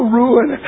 ruin